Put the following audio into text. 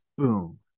Boom